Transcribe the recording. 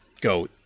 go